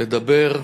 לדבר,